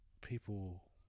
people